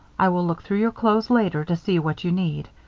i will look through your clothes later to see what you need.